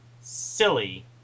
silly